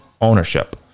ownership